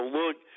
look